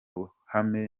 ruhame